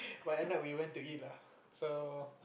but end up we went to eat lah so